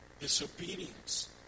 Disobedience